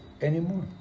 anymore